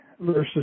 versus